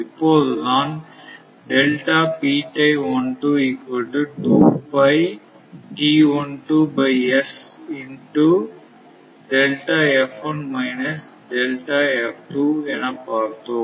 இப்போதுதான் என பார்த்தோம்